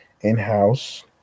in-house